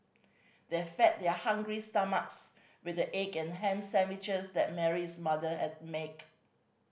they fed their hungry stomachs with the egg and ham sandwiches that Mary's mother at make